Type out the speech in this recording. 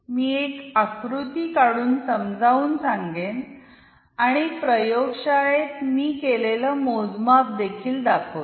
मी एक आकृती काढून समजावून सांगेन आणि प्रयोगशाळेत मी केलेल मोजमाप देखील दाखवितो